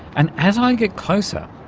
and as i get closer,